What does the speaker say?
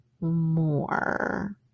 more